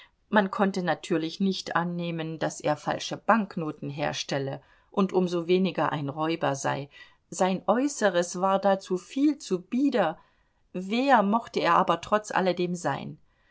man konnte natürlich nicht annehmen daß er falsche banknoten herstelle und um so weniger ein räuber sei sein äußeres war dazu viel zu bieder wer mochte er aber trotz alledem sein